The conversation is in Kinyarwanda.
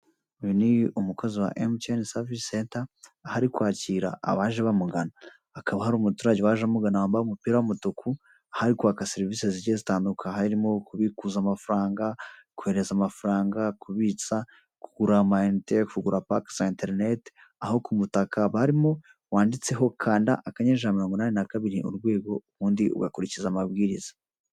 Uyu ni umukozi wa emutiyeni savise senta, aho ari kwakira abaje bamugana; hakaba hari umuturage waje amugana wambaye umupira w'umutuku, aho ari kwaka serivisi zigiye zitandukanye, harimo: kubikuza amafaranga, kohereza amafaranga, kubitsa, kugura amayinite, kugura paki za interineti. Aho ku mutaka arimo, wanditseho: ''kanda akanyenyeri ijana na mirongo inani na kabiri, urwego, ubundi ugakurikiza amabwiriza''.